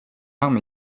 arme